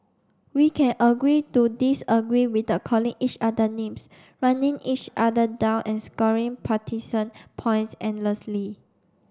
we can agree to disagree without calling each other names running each other down and scoring partisan points endlessly